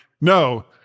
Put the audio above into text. no